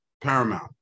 paramount